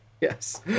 Yes